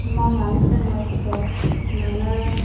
मावनानै जोङो माइफोरखौ मोनो